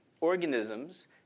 organisms